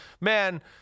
Man